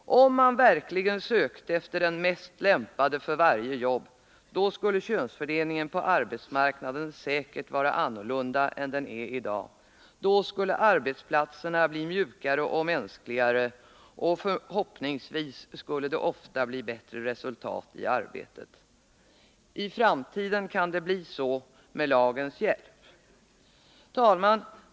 Om man verkligen sökte efter den mest lämpade för varje jobb skulle könsfördelningen på arbetsmarknaden säkert vara annorlunda än den är i dag. Då skulle arbetsplatserna bli mjukare och mänskligare, och förhoppningsvis skulle det ofta bli bättre resultat i arbetet. I framtiden kan det bli så med lagens hjälp. Herr talman!